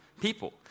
people